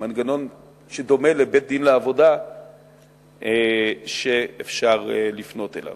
מנגנון שדומה לבית-דין לעבודה שאפשר לפנות אליו.